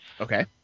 Okay